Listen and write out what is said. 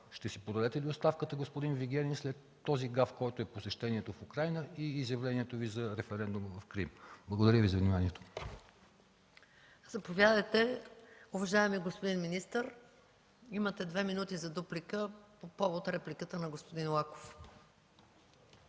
ще си подадете ли оставката, господин Вигенин, след този гаф, който е посещението в Украйна и изявлението Ви за референдума в Крим? Благодаря Ви за вниманието. ПРЕДСЕДАТЕЛ МАЯ МАНОЛОВА: Заповядайте, уважаеми господин министър, имате две минути за дуплика по повод репликата на господин Лаков.